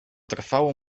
trwało